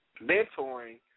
mentoring